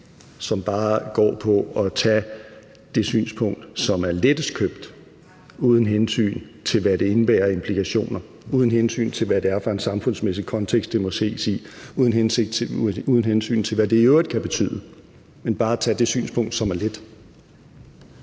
som bare går ud på at tage det synspunkt, som er lettest købt, uden hensyn til, hvad det indebærer af implikationer; uden hensyn til, hvad det er for en samfundsmæssig kontekst, det må ses i; uden hensyn til, hvad det i øvrigt kan betyde, men hvor man bare tager det synspunkt, som er let.